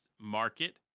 market